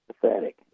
pathetic